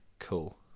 Cool